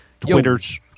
Twitters